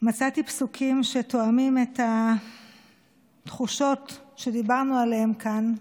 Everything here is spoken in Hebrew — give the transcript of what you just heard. מצאתי פסוקים שתואמים את התחושות שדיברנו עליהן כאן,